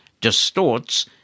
distorts